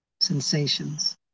sensations